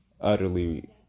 Utterly